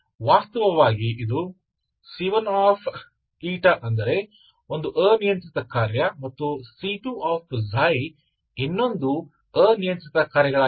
ವಾಸ್ತವವಾಗಿ ಇದು C1 ಅಂದರೆ ಒಂದು ಅನಿಯಂತ್ರಿತ ಕಾರ್ಯ ಮತ್ತು C2 ಇನ್ನೊಂದು ಅನಿಯಂತ್ರಿತ ಕಾರ್ಯಗಳಾಗಿವೆ